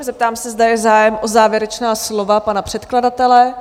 Zeptám se, zda je zájem o závěrečná slova pana předkladatele?